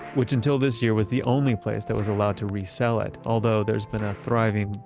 which until this year was the only place that was allowed to resell it, although there has been a thriving,